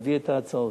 להביא את ההצעות.